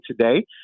today